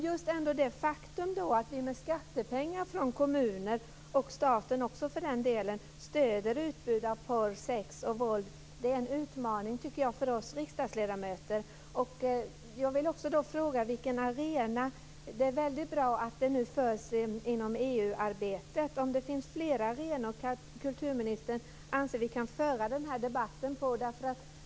Just det faktum att vi med skattepengar från kommuner, och också från staten, stöder utbud av porr, sex och våld är en utmaning för oss riksdagsledamöter. Det är väldigt bra att man tar upp det här i Jag vill fråga om det finns fler arenor som kulturministern anser att vi kan föra den här debatten på.